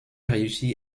réussi